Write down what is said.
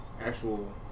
actual